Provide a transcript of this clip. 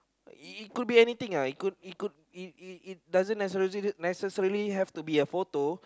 it it could be anything uh it could doesn't necessarily have to be a photo